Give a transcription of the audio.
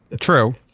True